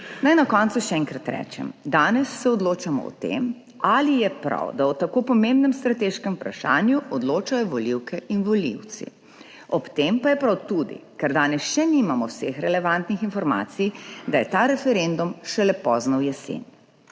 Naj na koncu še enkrat rečem, danes se odločamo o tem, ali je prav, da o tako pomembnem strateškem vprašanju odločajo volivke in volivci. Ob tem pa je prav tudi, ker danes še nimamo vseh relevantnih informacij, da je ta referendum šele pozno jeseni.